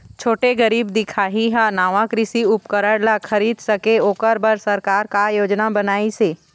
छोटे गरीब दिखाही हा नावा कृषि उपकरण ला खरीद सके ओकर बर सरकार का योजना बनाइसे?